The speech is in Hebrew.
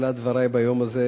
בתחילת דברי ביום הזה